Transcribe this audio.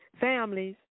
families